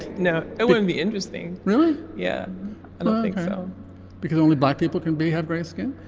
no it wouldn't be interesting. really. yeah. i don't think so because only black people can be have gray skin.